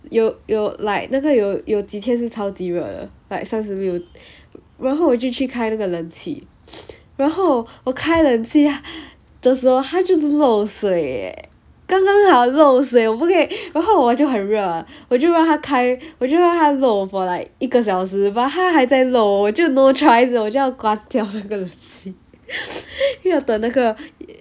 有有 like 那个有有几天是超级热的 like 三十六然后我就去开那个冷气然后我开冷气这时候他就漏水 eh 刚刚好漏水我不可以然后我就很热我就让他开我就让他漏 for like 一个小时 but 他还在漏我就 no choice 我就要关掉那个冷气要等那个